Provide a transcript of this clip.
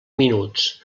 minuts